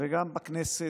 וגם בכנסת,